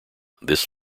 this